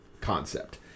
concept